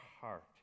heart